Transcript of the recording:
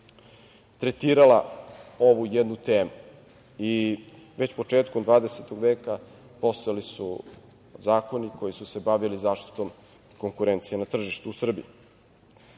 tretirala ovu jednu temu. Već početkom 20. veka postojali su zakoni koji su se bavili zaštitom konkurencije na tržištu u Srbiji. Kada